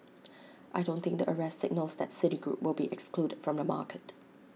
I don't think the arrest signals that citigroup will be excluded from the market